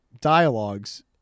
dialogues